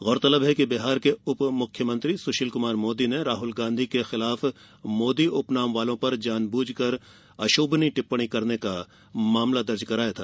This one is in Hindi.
गौरतलब है कि बिहार के उप मुख्यमंत्री सुशील कुमार मोदी ने राहुल गांधी के खिलाफ मोदी उपनाम वालों पर जान बूझकर अशोभनीय टिप्पणी करने का मामला दर्ज कराया था